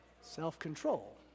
self-control